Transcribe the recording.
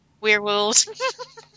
werewolves